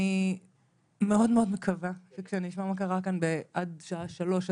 אני מאוד מאוד מקווה שכשאני אשמע מה קרה עד השעה 15:00,